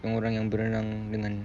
yang orang yang berenang dengan